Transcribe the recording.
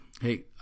Hey